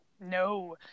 no